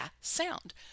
sound